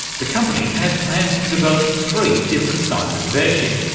the company has plans to develop three different sizes of airship.